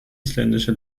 isländische